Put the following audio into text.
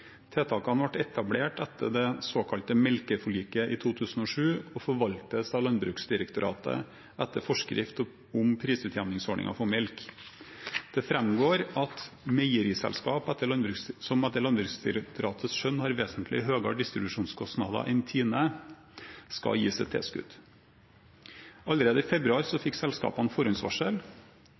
Tiltakene ble etablert etter det såkalte melkeforliket i 2007 og forvaltes av Landbruksdirektoratet etter forskrift om prisutjevningsordningen for melk. Det framgår at meieriselskap som etter Landbruksdirektoratets skjønn har vesentlig høyere distribusjonskostnader enn Tine, skal gis et tilskudd. Allerede i februar fikk selskapene